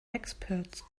experts